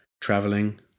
traveling